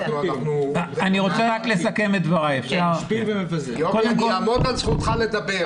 אנחנו נשמור על זכותך לדבר.